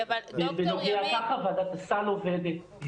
ככה ועדת הסל עובדת,